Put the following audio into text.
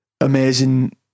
amazing